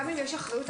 גם אם יש אחריות,